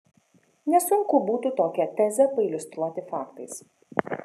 nesunku būtų tokią tezę pailiustruoti faktais